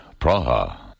Praha